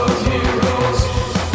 heroes